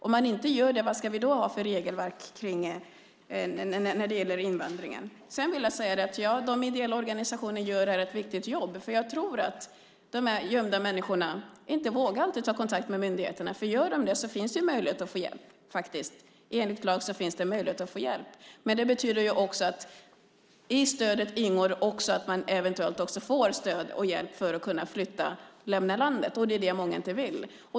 Om man inte gör det, vad ska vi då ha för regelverk när det gäller invandringen? De ideella organisationerna gör ett viktigt jobb. Jag tror att de gömda människorna inte vågar ta kontakt med myndigheterna. Gör de det finns det enligt lag möjlighet att få hjälp. Men i det ingår också att man eventuellt får stöd och hjälp att flytta och lämna landet. Det är det många inte vill.